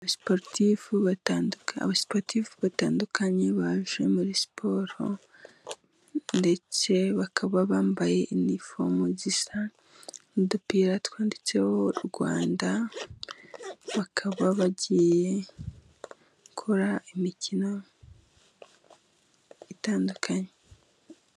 Abasiporutifu batandukanye baje muri siporo ndetse bakaba bambaye inifomu zisa n'udupira twanditseho Rwanda , bakaba bagiye gukora imikino itandukanye.